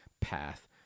path